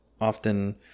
often